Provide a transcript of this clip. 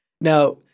now